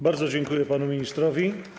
Bardzo dziękuję panu ministrowi.